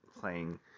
playing